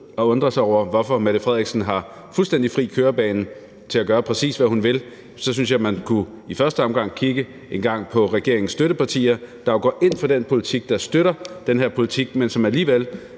og undrer sig over, hvorfor Mette Frederiksen har fuldstændig fri kørebane til at gøre, præcis hvad hun vil, så synes jeg, man i første omgang kunne kigge på regeringens støttepartier, der jo går ind for den politik, der støtter den her politik, men som alligevel